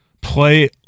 play